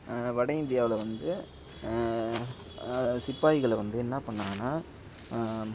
அந்த வட இந்தியாவில் வந்து சிப்பாய்களை வந்து என்னா பண்ணிணாங்கன்னா